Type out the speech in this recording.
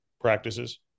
practices